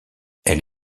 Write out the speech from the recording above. elle